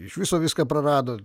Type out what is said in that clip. iš viso viską prarado